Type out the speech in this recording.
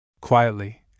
Quietly